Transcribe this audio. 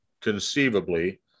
conceivably